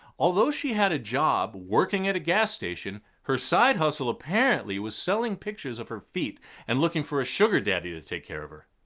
although she had a job working at a gas station, her side hustle apparently was selling pictures of her feet and looking for a sugar daddy to take care of her.